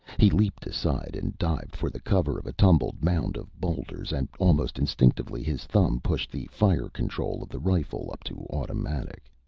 he leaped aside and dived for the cover of a tumbled mound of boulders and almost instinctively his thumb pushed the fire control of the rifle up to automatic.